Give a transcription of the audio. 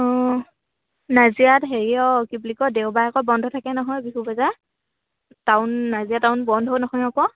অঁ নাজিৰাত হেৰিয় কি বুলি কয় দেওবাৰে আকৌ বন্ধ থাকে নহয় বিহু বজাৰ টাউন নাজিৰা টাউন বন্ধ নহয় আকৌ